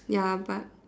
ya but